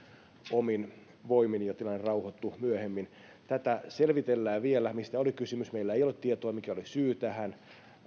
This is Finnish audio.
omin voimin ja tilanne rauhoittui myöhemmin tätä selvitellään vielä mistä oli kysymys meillä ei ole tietoa siitä mikä oli syy tähän